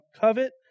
covet